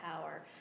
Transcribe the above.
power